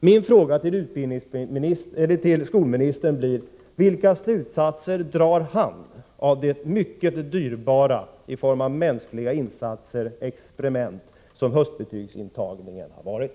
Min fråga till skolministern blir: Vilka slutsatser drar han av det mycket dyrbara experiment, i form av mänskliga insatser, som höstbetygsintagningen varit?